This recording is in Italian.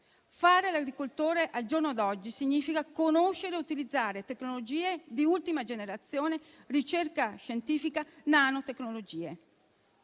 Fare l'agricoltore al giorno d'oggi significa conoscere e utilizzare tecnologie di ultima generazione, ricerca scientifica e nanotecnologie.